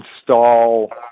install